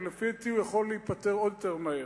ולפי דעתי הוא יכול להיפתר עוד יותר מהר.